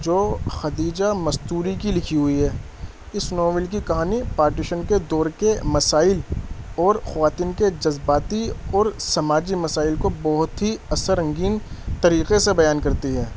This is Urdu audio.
جو خدیجہ مستور کی لکھی ہوئی ہے اس ناول کی کہانی پارٹیشن کے دور کے مسائل اور خواتین کے جذباتی اور سماجی مسائل کو بہت ہی اثر انگیز طریقے سے بیان کرتی ہے